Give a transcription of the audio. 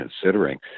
considering